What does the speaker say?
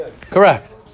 Correct